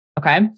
Okay